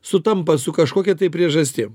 sutampa su kažkokia priežastim